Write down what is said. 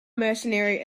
mercenary